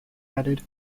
added